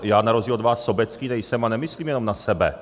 Já na rozdíl od vás sobecký nejsem a nemyslím jenom na sebe.